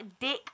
dick